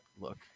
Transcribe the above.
look